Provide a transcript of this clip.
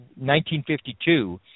1952